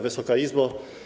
Wysoka Izbo!